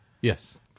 Yes